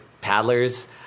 paddlers